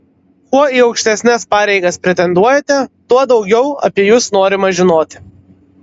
kuo į aukštesnes pareigas pretenduojate tuo daugiau apie jus norima žinoti